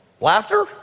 Laughter